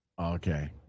Okay